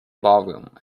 ballroom